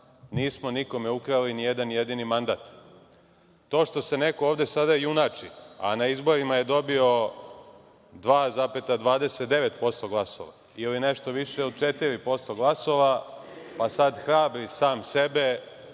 Nismo nikome ukrali ni jedan jedini mandat. To što se neko sada ovde junači, a na izborima je dobio 2,29% glasova ili nešto više od 4% glasova, pa sada hrabri sam sebe,